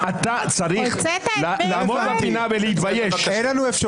לא רק